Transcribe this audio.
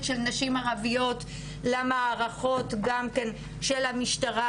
של נשים ערביות למערכות גם כן של המשטרה,